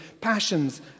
passions